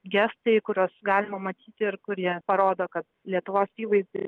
gestai kuriuos galima matyti ir kurie parodo kad lietuvos įvaizdis